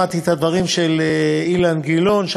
שמעתי את הדברים של אילן גילאון,